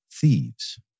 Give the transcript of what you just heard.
Thieves